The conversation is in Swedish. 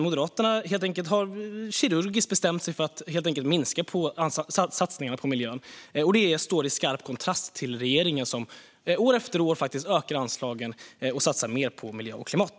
Moderaterna har bestämt sig för att kirurgiskt minska på satsningarna på miljön. Det står i skarp kontrast till regeringen, som år efter år ökar anslagen och satsar mer på miljö och klimat.